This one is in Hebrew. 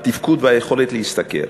את התפקוד ואת היכולת להשתכר.